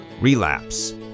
relapse